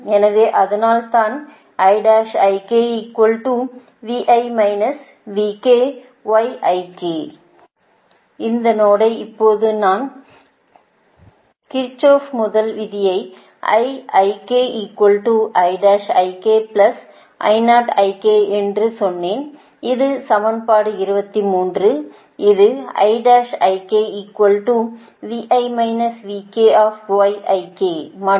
எனவே அதனால்தான் இந்த நோடை இப்போது நான் கிர்ச்சோப்பின்Kirchhoff's முதல் விதியை என்று சொன்னேன் இது சமன்பாடு 23 இது மற்றும்